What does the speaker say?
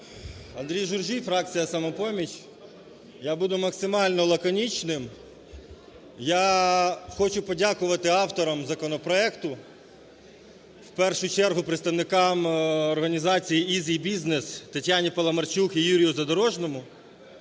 Андрій Журжій, фракція "Самопоміч". Я буду максимально лаконічним. Я хочу подякувати авторам законопроекту, в першу чергу, представникам організації EasyBusiness Тетяні Паламарчук і Юрію Задорожному,